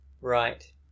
Right